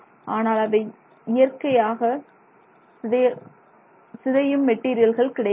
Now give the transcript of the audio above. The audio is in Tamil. ஆனால் அவை இயற்கையாக சிதையும் மெட்டீரியல்கள் கிடையாது